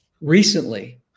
recently